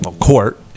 court